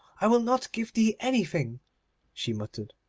i will not give thee anything she muttered.